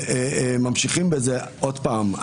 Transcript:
עוד פעם,